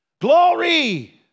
glory